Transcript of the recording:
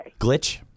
Glitch